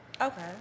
Okay